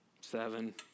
Seven